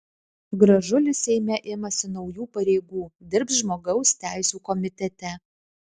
gražulis seime imasi naujų pareigų dirbs žmogaus teisių komitete